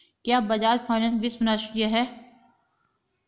क्या बजाज फाइनेंस विश्वसनीय है?